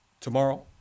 tomorrow